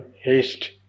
haste